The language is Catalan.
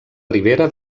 ribera